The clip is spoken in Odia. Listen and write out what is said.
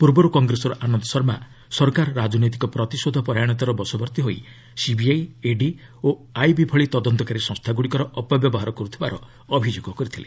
ପୂର୍ବରୁ କଂଗ୍ରେସର ଆନନ୍ଦ ଶର୍ମା ସରକାର ରାଜନୈତିକ ପ୍ରତିଶୋଧ ପରାୟଣତାର ବଶବର୍ତ୍ତୀ ହୋଇ ସିବିଆଇ ଇଡି ଓ ଆଇବି ଭଳି ତଦନ୍ତକାରୀ ସଂସ୍ଥାଗୁଡ଼ିକର ଅପବ୍ୟବହାର କରୁଥିବାର ଅଭିଯୋଗ କରିଥିଲେ